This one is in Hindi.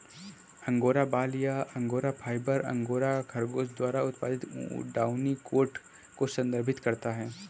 अंगोरा बाल या अंगोरा फाइबर, अंगोरा खरगोश द्वारा उत्पादित डाउनी कोट को संदर्भित करता है